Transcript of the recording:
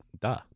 duh